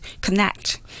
connect